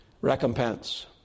recompense